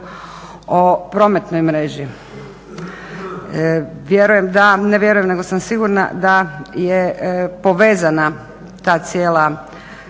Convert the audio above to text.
o prometnoj mreži. Vjerujem da, ne vjerujem nego sam sigurna da je povezana ta cijela